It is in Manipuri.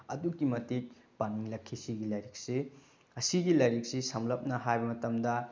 ꯑꯗꯨꯛꯀꯤ ꯃꯇꯤꯛ ꯄꯥꯅꯤꯡꯂꯛꯈꯤ ꯁꯤꯒꯤ ꯂꯥꯏꯔꯤꯛꯁꯤ ꯑꯁꯤꯒꯤ ꯂꯥꯏꯔꯤꯛꯁꯤ ꯁꯝꯂꯞꯅ ꯍꯥꯏꯕ ꯃꯇꯝꯗ